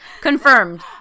Confirmed